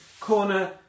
corner